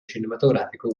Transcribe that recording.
cinematografico